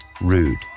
rude